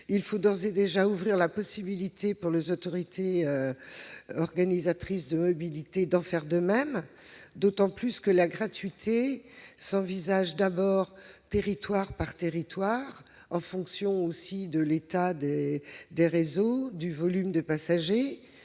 Il faut d'ores et déjà ouvrir la possibilité pour les autorités organisatrices de la mobilité d'en faire de même, d'autant que la gratuité s'envisage d'abord territoire par territoire, en fonction de l'état du réseau, du volume de passagers